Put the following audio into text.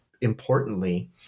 importantly